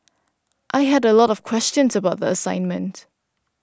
I had a lot of questions about the assignment